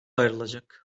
ayrılacak